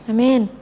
Amen